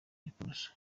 giporoso